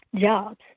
jobs